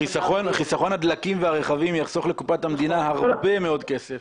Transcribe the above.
חיסכון הרכבים והדלקים יחסוך לקופת המדינה הרבה מאוד כסף